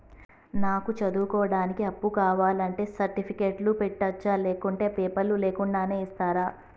నాకు చదువుకోవడానికి అప్పు కావాలంటే సర్టిఫికెట్లు పెట్టొచ్చా లేకుంటే పేపర్లు లేకుండా ఇస్తరా?